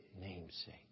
namesake